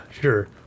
sure